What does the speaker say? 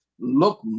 look